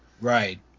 Right